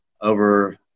over